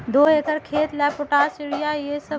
दो एकर खेत के ला पोटाश, यूरिया ये सब का मात्रा होई?